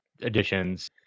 additions